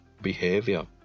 behavior